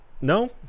no